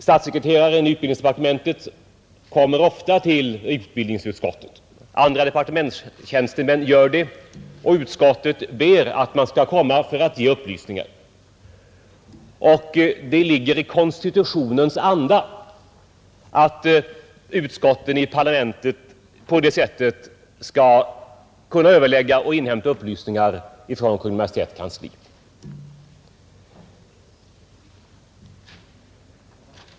Statssekreteraren i utbildningsdepartementet kommer ofta till utbildningsutskottet, andra departementstjänstemän gör det, om utskottet ber att man skall komma för att ge upplysningar, Det ligger i konstitutionens anda att utskotten i parlamentet på det sättet skall kunna inhämta upplysningar från Kungl. Maj:ts kansli.